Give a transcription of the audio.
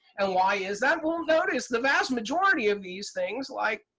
and why is that? well, notice the vast majority of these things like,